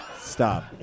Stop